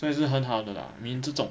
都是很好的 lah I mean 这种